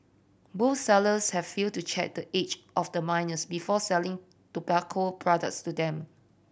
both sellers have failed to check the age of the minors before selling tobacco products to them